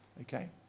Okay